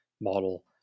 model